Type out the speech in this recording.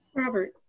Robert